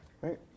right